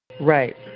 Right